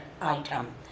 item